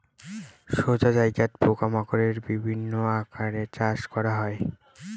সোজা জায়গাত পোকা মাকড়ের বিভিন্ন আকারে চাষ করা হয়